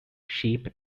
sheep